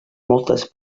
moltes